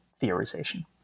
theorization